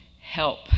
help